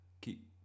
Keep